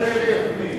הרשימה.